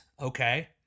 okay